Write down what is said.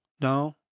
No